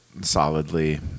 solidly